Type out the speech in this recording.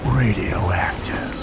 radioactive